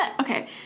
Okay